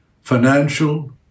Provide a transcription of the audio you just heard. financial